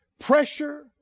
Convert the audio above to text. pressure